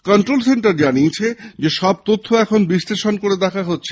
control centre জানিয়েছে সব তথ্য এখন বিশ্লেষণ করে দেখা হচ্ছে